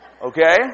Okay